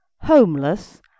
homeless